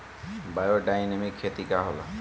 Biodynamic खेती का होला?